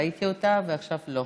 ראיתי אותה, ועכשיו לא.